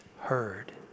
heard